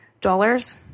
Dollars